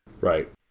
Right